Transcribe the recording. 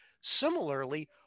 Similarly